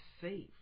safe